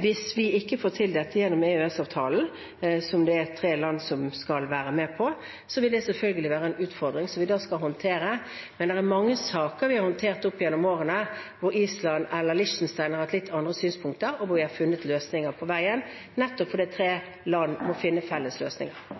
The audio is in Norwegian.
Hvis vi ikke får til dette gjennom EØS-avtalen – som det er tre land som skal være med på – vil det selvfølgelig være en utfordring som vi da skal håndtere, men det er mange saker vi har håndtert opp igjennom årene hvor Island eller Liechtenstein har hatt litt andre synspunkter, men hvor vi har funnet løsninger på veien, nettopp fordi tre land må finne felles løsninger.